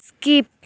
skip